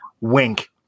Wink